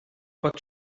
ser